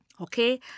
okay